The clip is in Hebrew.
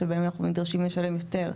שבהם אנחנו נדרשים לשלם יותר,